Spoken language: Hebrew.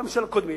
גם של הקודמים.